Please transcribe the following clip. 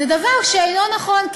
זה דבר שאינו נכון,